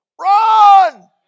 run